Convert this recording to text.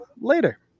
later